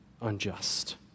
unjust